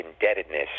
indebtedness